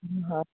হয়